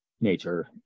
nature